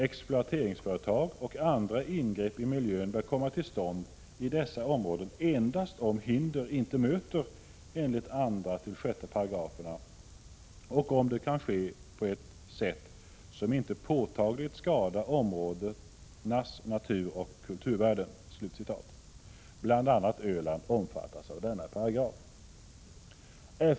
Exploateringsföretag och andra ingrepp i miljön får komma till stånd i dessa områden endast om hinder inte möter enligt 2-6 §§ och om detta kan ske på ett sätt som inte påtagligt skadar områdenas naturoch kulturvärden.” Bl. a. Öland omfattas av denna paragraf.